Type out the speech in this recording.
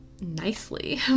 nicely